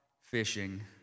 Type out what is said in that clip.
fishing